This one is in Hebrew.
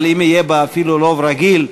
אבל אם יהיה בה אפילו רוב רגיל,